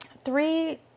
three